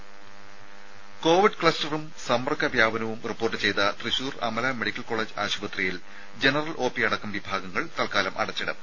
രുമ കോവിഡ് ക്ലസ്റ്ററും സമ്പർക്ക വ്യാപനവും റിപ്പോർട്ട് ചെയ്ത തൃശൂർ അമലാ മെഡിക്കൽ കോളേജ് ആശുപത്രിയിൽ ജനറൽ അടക്കം വിഭാഗങ്ങൾ തൽക്കാലം അടച്ചിടും